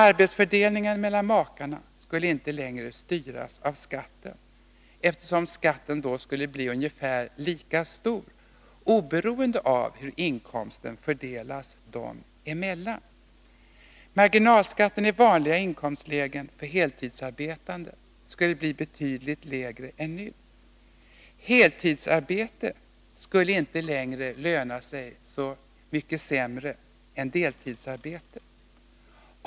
Arbetsfördelningen mellan makarna skulle inte längre styras av skatten, eftersom skatten skulle bli ungefär lika stor oberoende av hur inkomsten fördelas dem emellan. Marginalskatten i vanliga inkomstlägen för heltidsarbetande skulle bli betydligt lägre än nu. Deltidsarbete skulle inte längre löna sig så mycket bättre än heltidsarbete.